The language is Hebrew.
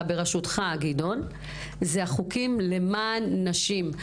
בראשותך גדעון הם החוקים למען נשים,